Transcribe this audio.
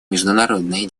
международные